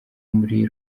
muri